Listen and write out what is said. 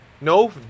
no